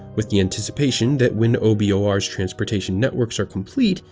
with the anticipation that when obor's obor's transportation networks are complete,